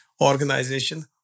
organization